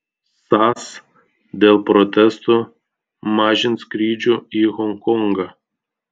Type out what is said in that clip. sas dėl protestų mažins skrydžių į honkongą